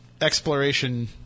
exploration